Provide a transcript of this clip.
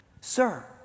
Sir